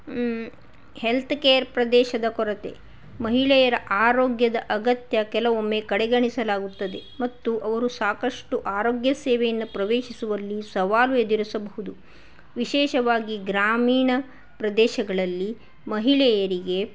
health care ಪ್ರದೇಶದ ಕೊರತೆ ಮಹಿಳೆಯರ ಆರೋಗ್ಯದ ಅಗತ್ಯ ಕೆಲವೊಮ್ಮೆ ಕಡೆಗಣಿಸಲಾಗುತ್ತದೆ ಮತ್ತು ಅವರು ಸಾಕಷ್ಟು ಆರೋಗ್ಯ ಸೇವೆಯನ್ನು ಪ್ರವೇಶಿಸುವಲ್ಲಿ ಸವಾಲು ಎದುರಿಸಬಹುದು ವಿಶೇಷವಾಗಿ ಗ್ರಾಮೀಣ ಪ್ರದೇಶಗಳಲ್ಲಿ ಮಹಿಳೆಯರಿಗೆ